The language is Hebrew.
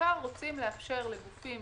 בעיקר אנו רוצים לאפשר לגופים